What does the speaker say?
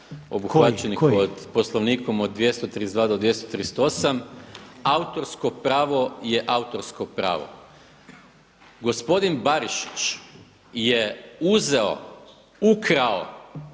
obuhvaćenih Poslovnikom od 232. do 238. autorsko pravo je autorsko pravo. Gospodin Barišić je uzeo, ukrao